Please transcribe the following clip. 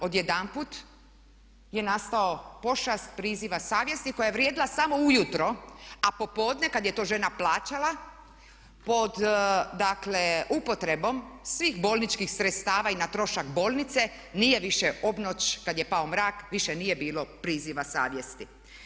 Odjedanput je nastao pošast priziva savjesti koja je vrijedila samo ujutro, a popodne kad je to žena plaćala pod upotrebom svih bolničkih sredstava i na trošak bolnice nije više obnoć kad je pao mrak, više nije bilo priziva savjesti.